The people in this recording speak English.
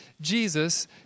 Jesus